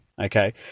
Okay